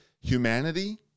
humanity